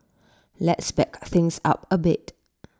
let's back things up A bit